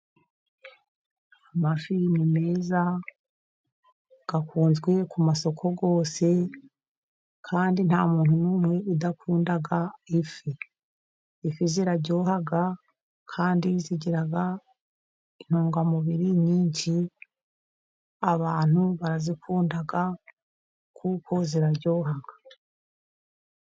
Amafi ni meza, akunzwe ku masoko yose, kandi nta muntu n'umwe udakundaga ifi. Ifi ziraryoha kandi zigiraga intungamubiri nyinshi, abantu barazikunda kuko ziraryoha.